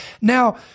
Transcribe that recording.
Now